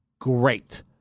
Great